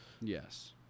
Yes